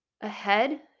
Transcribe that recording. ahead